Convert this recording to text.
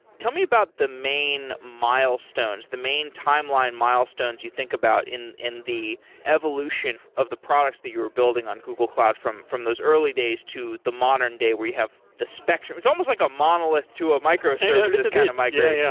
tell me about the main milestones, the main timeline milestones you think about in in the evolution of the products that you're building on google cloud from from those early days to the modern day where you have the spectrum. it's almost like a monolith to a microservice, that kind of migration. yeah,